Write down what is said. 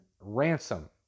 Ransom